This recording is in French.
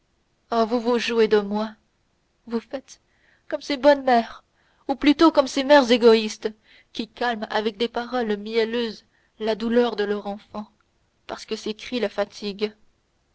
ah vous vous jouez de moi vous faites comme ces bonnes mères ou plutôt comme ces mères égoïstes qui calment avec des paroles mielleuses la douleur de l'enfant parce que ses